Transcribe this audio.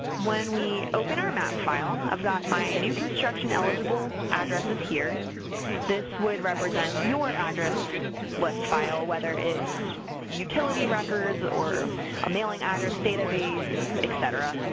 when we open our map file i've got my new construction eligible addresses here this would represent your address list file whether it's utility records or a mailing address database, etc,